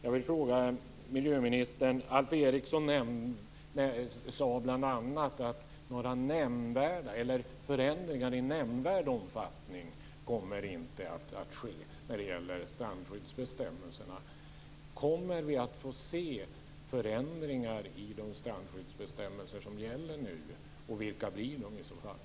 Alf Eriksson sade bl.a. att några förändringar i nämnvärd omfattning inte kommer att ske när det gäller strandskyddsbestämmelserna. Kommer vi att få se förändringar i de strandskyddsbestämmelser som gäller nu? Vilka blir de, i så fall?